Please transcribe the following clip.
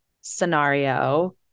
scenario